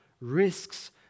risks